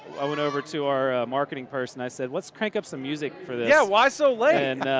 i went over to our marketing person. i said let's crank up some music for this. yeah. why so late?